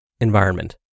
environment